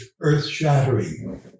earth-shattering